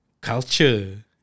culture